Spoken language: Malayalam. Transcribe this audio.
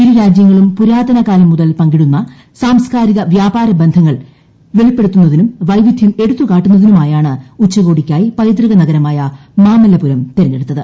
ഇരുരാജ്യങ്ങളും പുരാതന കാലം മുതൽ സാംസ്കാരിക പങ്കിടുന്ന വ്യാപാര ബന്ധങ്ങൾ വെളിപ്പെടുത്തുന്നതിനും പ്പൈവിദ്ധ്യം എടുത്തു കാട്ടുന്നതിനുമായാണ് ഉച്ചകോടിയ്ക്കായി പൈതൃക നഗരമായ മാമല്ലപുരം തെരഞ്ഞെടുത്തത്